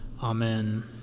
Amen